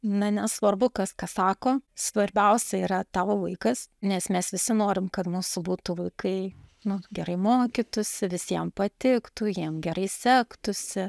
na nesvarbu kas ką sako svarbiausia yra tavo vaikas nes mes visi norim kad mūsų būtų vaikai nu gerai mokytųsi visiem patiktų jiem gerai sektųsi